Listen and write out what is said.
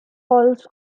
halls